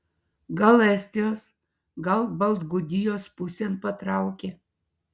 gal estijos gal baltgudijos pusėn patraukė